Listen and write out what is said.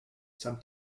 some